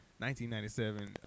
1997